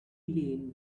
lane